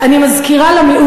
היא ישבה והקשיבה לך עד תום.